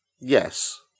yes